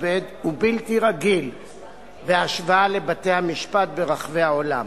כבד ובלתי רגיל בהשוואה לבתי-המשפט ברחבי העולם.